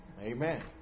Amen